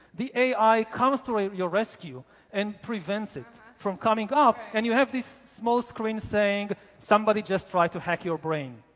the ai comes to your rescue and prevents it from coming up and you have this small screen saying somebody just try to hack your brain